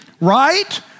Right